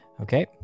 Okay